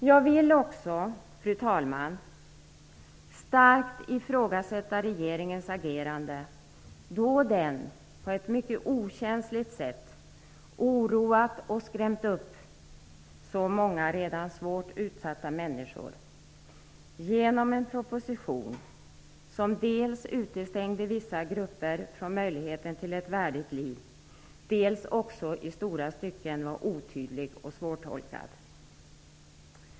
Jag vill också, fru talman, starkt ifrågasätta regeringens agerande, då den på ett mycket okänsligt sätt oroat och skrämt upp så många redan svårt utsatta människor genom en proposition som dels utestängde vissa grupper från möjligheten till ett värdigt liv, dels också i stora stycken var otydlig och svårtolkad.